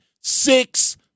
six